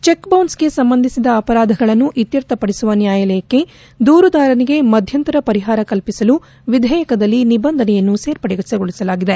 ಚಿಕ್ ಬೌನ್ಸ್ಗೆ ಸಂಬಂಧಿಸಿದ ಅಪರಾಧಗಳನ್ನು ಇತ್ತರ್ಥಪಡಿಸುವ ನ್ಹಾಯಾಲಯಕ್ಕೆ ದೂರುದಾರನಿಗೆ ಮಧ್ಯಂತರ ಪರಿಹಾರ ಕಲ್ಪಿಸಲು ವಿಧೇಯಕದಲ್ಲಿ ನಿಬಂಧನೆಯನ್ನು ಸೇರ್ಪಡೆಗೊಳಿಸಲಾಗಿದೆ